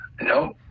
No